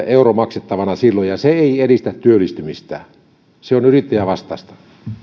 euro maksettavana silloin ja se ei edistä työllistymistä se on yrittäjävas taista